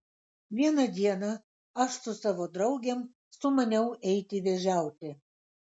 vieną dieną aš su savo draugėm sumaniau eiti vėžiauti